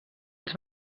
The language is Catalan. els